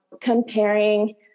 comparing